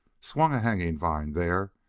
swung a hanging vine there,